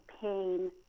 pain